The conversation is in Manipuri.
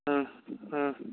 ꯎꯝ ꯎꯝ